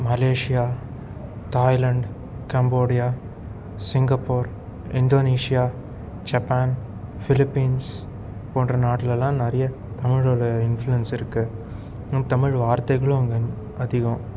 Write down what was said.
Malaysia Thailand Cambodia Singapore Indonesia Japan Philippines போன்ற நாட்டில்லாம் நிறையா தமிழோடய இன்ஃப்ளூயன்ஸ் இருக்குது நம் தமிழ் வார்த்தைகளும் அங்கே அதிகம்